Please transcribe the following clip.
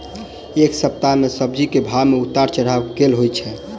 एक सप्ताह मे सब्जी केँ भाव मे उतार चढ़ाब केल होइ छै?